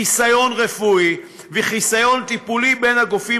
חיסיון רפואי וחיסיון טיפולי בין הגופים